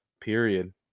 Period